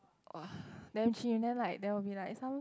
!wah! damn chim then like there will be like some